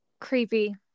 Creepy